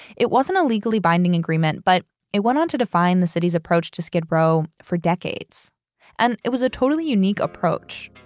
it wasn't a legally binding agreement, but it went on to define the city's approach to skid row for decades and it was a totally unique approach.